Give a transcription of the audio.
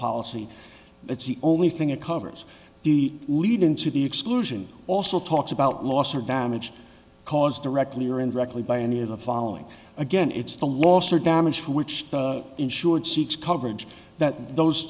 policy that's the only thing it covers the lead in to the exclusion also talks about loss or damage caused directly or indirectly by any of the following again it's the loss or damage for which the insured seeks coverage that those